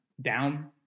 down